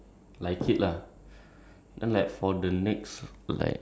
like fried onion like sprinkle over like some fried rice or something